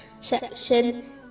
section